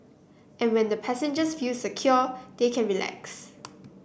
and when the passengers feel secure they can relax